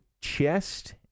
chest